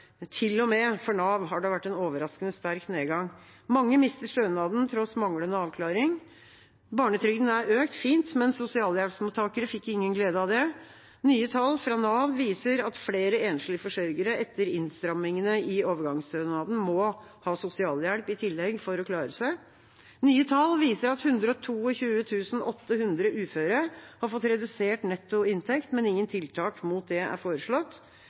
med for Nav har det vært en overraskende sterk nedgang. Mange mister stønaden til tross for manglende avklaring. Barnetrygden er økt – fint, men sosialhjelpsmottakere fikk ingen glede av det. Nye tall fra Nav viser at flere enslige forsørgere etter innstrammingene i overgangsstønaden må ha sosialhjelp i tillegg for å klare seg. Nye tall viser at 122 800 uføre har fått redusert netto inntekt, men ingen tiltak mot det er foreslått.